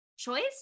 choice